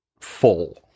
full